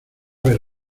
ver